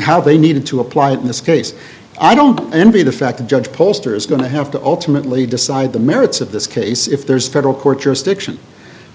how they need to apply it in this case i don't envy the fact that judge pollster is going to have to ultimately decide the merits of this case if there's a federal court jurisdiction